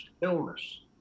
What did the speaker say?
illness